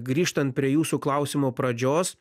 grįžtant prie jūsų klausimo pradžios